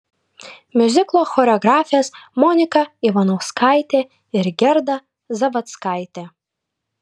miuziklo choreografės monika ivanauskaitė ir gerda zavadzkaitė